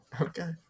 Okay